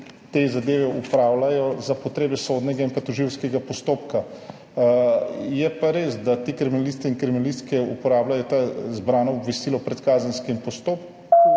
te zadeve opravljajo za potrebe sodnega in tožilskega postopka. Je pa res, da kriminalisti in kriminalistke uporabljajo zbrana obvestila o predkazenskem postopku